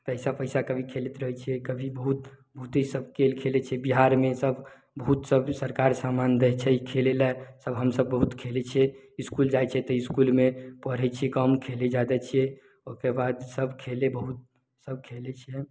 पैसा पैसा कभी खेलैत रहै छियै कभी बहुत ई सब खेल खेलैत छियै बिहारमे सब बहुत सब सरकार समान दै छै खेलै लए तब हमसब बहुत खेलै छियै इसकुल जाइ छियै तऽ इसकुलमे पढ़ै छियै कम खेलै जादा छियै ओहिके बाद सब खेले बहुत सब खेलै छियै